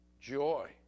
joy